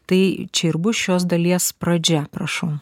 tai čia ir bus šios dalies pradžia prašau